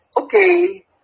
okay